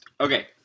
Okay